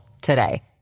today